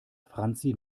franzi